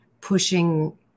pushing